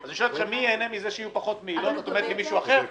אני שואל אתכם מי ייהנה מזה שיהיו פחות מעילות ואת אומרת לי מישהו אחר.